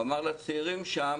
הוא אמר לצעירים שם